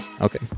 Okay